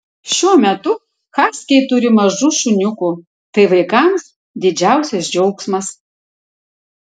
šiuo metu haskiai turi mažų šuniukų tai vaikams didžiausias džiaugsmas